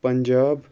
Punjab